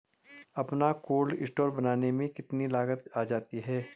अपना cold store बनाने में कितनी लागत आ जाती है?